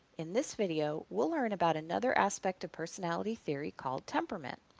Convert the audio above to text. in this video, we'll learn about another aspect of personality theory called temperament.